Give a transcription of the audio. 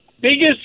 biggest